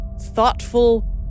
thoughtful